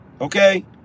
okay